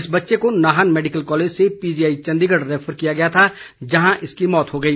इस बच्चे को नाहन मैडिकल कॉलेज से पीजीआई चंडीगढ़ रैफर किया गया था जहां इसकी मौत हो गई